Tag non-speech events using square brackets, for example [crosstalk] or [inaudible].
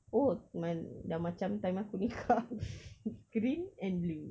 oh man~ dah macam time aku nikah [laughs] green and blue